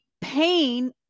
pain